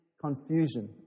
confusion